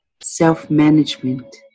self-management